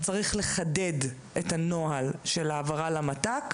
צריך לחדד את הנוהל של העברה למת"ק